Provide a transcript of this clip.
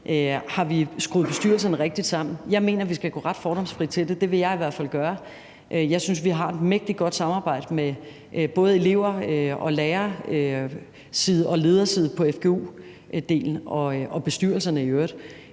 Har vi skruet bestyrelserne rigtigt sammen? Jeg mener, at vi skal gå ret fordomsfrit til det. Det vil jeg i hvert fald gøre. Jeg synes, vi har et mægtig godt samarbejde med både elev-, lærer- og lederside på fgu-delen og med bestyrelserne i øvrigt,